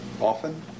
Often